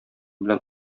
белән